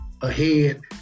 ahead